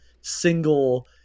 single